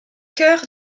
chœur